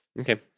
Okay